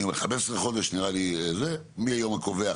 אני אומר 15 חודש נראה לי מהיום הקובע,